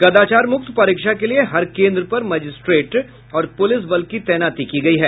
कदाचारमुक्त परीक्षा के लिए हर केन्द्र पर मजिस्ट्रेट और पुलिस बल की तैनाती की गयी है